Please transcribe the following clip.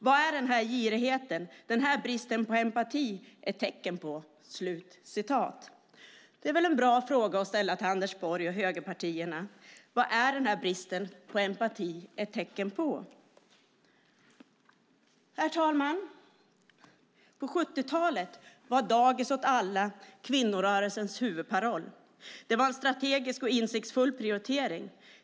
Vad är den här girigheten, den här bristen på empati ett tecken på?" Det är väl en bra fråga att ställa till Anders Borg och högerpartierna: Vad är den här bristen på empati ett tecken på? Herr talman! På 70-talet var "Dagis åt alla" kvinnorörelsens huvudparoll. Det var en strategisk och insiktsfull prioritering.